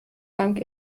dank